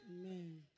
Amen